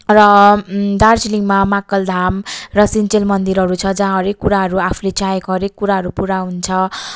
र दार्जिलिङमा महाकालधाम र सिन्चेल मन्दिरहरू छ जहाँ हरेक कुराहरू आफूले चाहेको हरेक कुराहरू पुरा हुन्छ